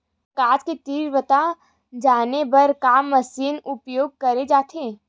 प्रकाश कि तीव्रता जाने बर का मशीन उपयोग करे जाथे?